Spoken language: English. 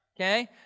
Okay